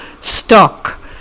stock